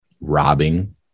robbing